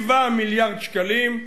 7 מיליארד שקלים.